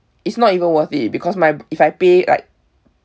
it's not even worth it because my if I pay like